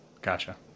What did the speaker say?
Gotcha